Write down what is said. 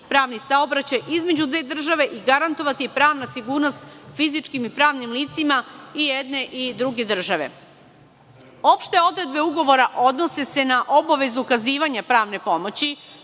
pravni saobraćaj između dve države i garantovati pravna sigurnost fizičkim i pravnim licima i jedne i druge države. Opšte odredbe Ugovora odnose se na obavezu ukazivanja pravne pomoći,